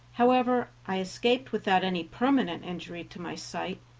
however, i escaped without any permanent injury to my sight,